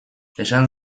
esan